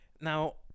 Now